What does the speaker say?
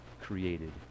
created